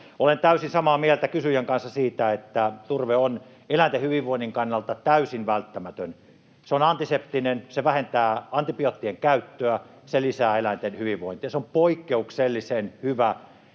Olen täysin samaa mieltä kysyjän kanssa siitä, että turve on eläinten hyvinvoinnin kannalta täysin välttämätön. Se on antiseptinen, se vähentää antibioottien käyttöä, se lisää eläinten hyvinvointia. Se on poikkeuksellisen hyvä